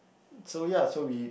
so ya so we